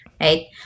right